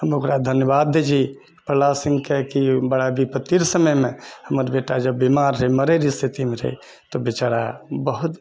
हम ओकरा धन्यवाद दैत छी प्रहलाद सिंहके कि बड़ा बिपत्तिर समयमे हमर बेटा जब बीमार रहय मरयरऽ स्थितिमे रहय तब बिचारा बहुत